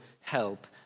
help